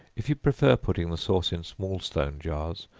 if you prefer putting the sauce in small stone jars,